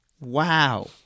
Wow